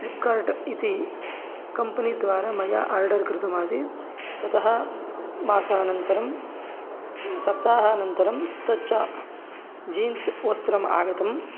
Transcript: Flipkart इति कम्पनीद्वारा मया आर्डर् कृतमासीत् ततः मासानन्तरं सप्ताहानन्तरं तच्च जीन्स् वस्त्रम् आगतम्